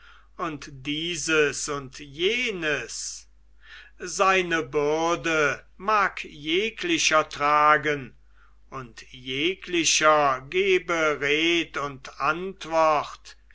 und dieses und jenes seine bürde mag jeglicher tragen und jeglicher gebe red und antwort